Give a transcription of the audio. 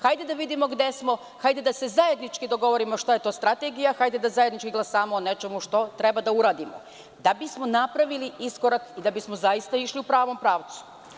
Hajde da vidimo gde smo, hajde da se zajednički dogovorimo šta je to strategija, hajde da zajednički glasamo o nečemu što treba da uradimo, da bismo napravili iskorak i da bismo zaista išli u pravom pravcu.